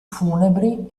funebri